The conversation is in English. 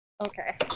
Okay